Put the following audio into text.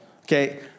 Okay